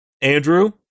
Andrew